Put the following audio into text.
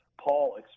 paul